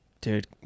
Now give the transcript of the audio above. Dude